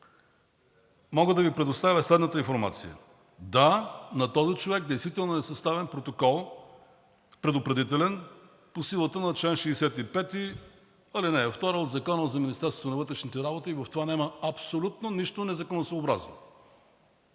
мога да Ви предоставя следната информация: да, на този човек действително е съставен предупредителен протокол по силата на чл. 65, ал. 2 от Закона за Министерството на вътрешните работи. В това няма абсолютно нищо незаконосъобразно.